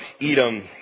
Edom